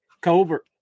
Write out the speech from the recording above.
Colbert